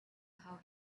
how